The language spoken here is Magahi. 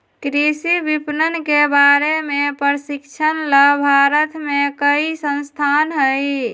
कृषि विपणन के बारे में प्रशिक्षण ला भारत में कई संस्थान हई